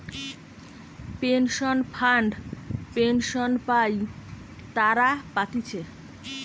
pension fund pension পাই তারা পাতিছে